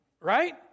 Right